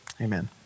Amen